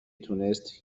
تونست